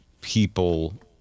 people